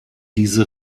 diese